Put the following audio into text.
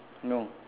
no